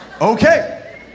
Okay